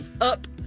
up